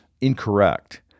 incorrect